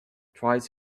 tries